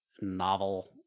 Novel